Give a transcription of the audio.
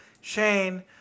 Shane